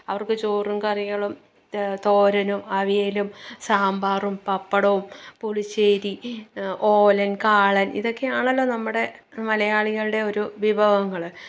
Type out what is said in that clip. അവര്ക്ക് ചോറും കറികളും തോ തോരനും അവിയലും സാമ്പാറും പപ്പടവും പുളിശ്ശേരി ഓലന് കാളന് ഇതൊക്കെയാണല്ലോ നമ്മുടെ മലയാളികളുടെ ഒരു വിഭവങ്ങൾ